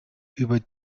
über